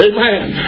Amen